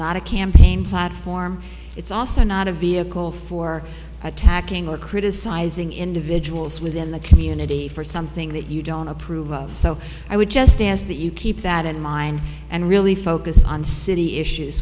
not a campaign platform it's also not a vehicle for attacking or criticizing individuals within the community for something that you don't approve of so i would just ask that you keep that in mind and really focus on city issues